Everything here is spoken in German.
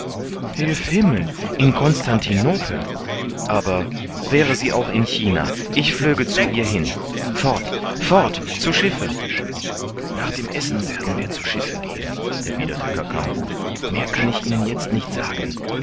hilf himmel in konstantinopel aber wäre sie auch in china ich flöge hin zu ihr fort fort zu schiffe nach dem essen werden wir zu schiffe gehen erwiderte kakambo mehr kann ich ihnen jetzt nicht sagen